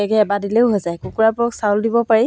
তাৰপিছত মই এম্ব্ৰইডাৰী